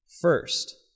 First